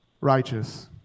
righteous